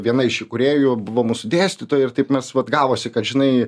viena iš įkūrėjų buvo mūsų dėstytoja ir taip mes vat gavosi kad žinai